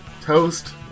Toast